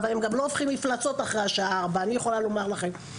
אבל הם גם לא הופכים למפלצות אחרי השעה 16:00 אני יכולה לומר לכם.